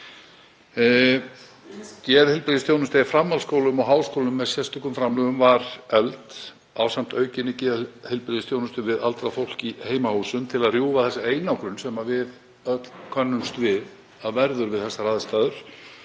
geðheilbrigðisþjónusta í framhaldsskólum og háskólum með sérstökum framlögum var efld ásamt aukinni geðheilbrigðisþjónustu við aldrað fólk í heimahúsum til að rjúfa þá einangrun sem við öll könnumst við að verður við þessar aðstæður